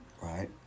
Right